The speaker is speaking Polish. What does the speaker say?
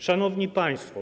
Szanowni Państwo!